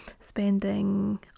spending